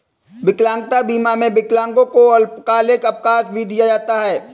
विकलांगता बीमा में विकलांगों को अल्पकालिक अवकाश भी दिया जाता है